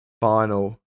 final